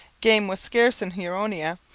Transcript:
game was scarce in huronia,